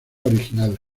original